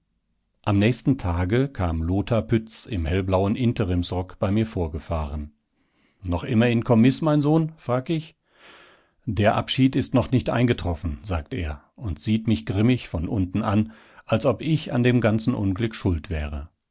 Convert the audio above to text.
am nächsten tage kam lothar pütz im hellblauen interimsrock bei mir vorgefahren noch immer in kommiß mein sohn frag ich der abschied ist noch nicht eingetroffen sagt er und sieht mich grimmig von unten an als ob ich an dem ganzen unglück schuld wäre